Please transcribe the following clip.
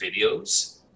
videos